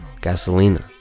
Gasolina